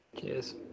Cheers